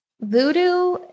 voodoo